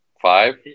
five